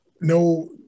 no